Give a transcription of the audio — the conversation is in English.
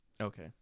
Okay